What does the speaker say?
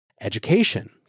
Education